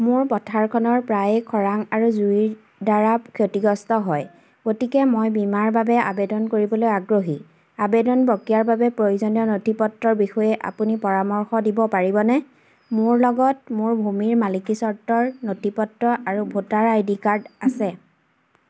মোৰ পথাৰখনৰ প্ৰায়ে খৰাং আৰু জুইৰদ্বাৰা ক্ষতিগ্ৰস্ত হয় গতিকে মই বীমাৰ বাবে আবেদন কৰিবলৈ আগ্ৰহী আবেদন প্ৰক্ৰিয়াৰ বাবে প্ৰয়োজনীয় নথি পত্ৰৰ বিষয়ে আপুনি পৰামৰ্শ দিব পাৰিবনে মোৰ লগত মোৰ ভূমিৰ মালিকীস্বত্বৰ নথি পত্ৰ আৰু ভোটাৰ আই ডি কাৰ্ড আছে